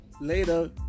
Later